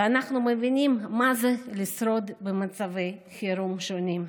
ואנחנו מבינים מה זה לשרוד במצבי חירום שונים.